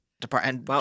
department